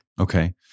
Okay